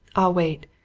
i'll wait.